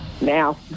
Now